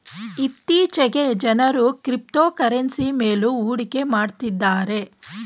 ಇತ್ತೀಚೆಗೆ ಜನರು ಕ್ರಿಪ್ತೋಕರೆನ್ಸಿ ಮೇಲು ಹೂಡಿಕೆ ಮಾಡುತ್ತಿದ್ದಾರೆ